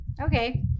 Okay